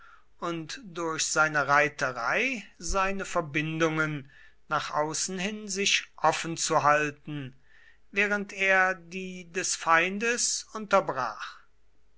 und durch seine reiterei seine verbindungen nach außen hin sich offen zu halten während er die des feindes unterbrach